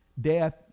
death